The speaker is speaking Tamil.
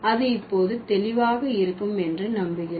அது இப்போது தெளிவாக இருக்கும் என்று நம்புகிறேன்